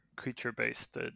creature-based